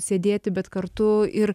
sėdėti bet kartu ir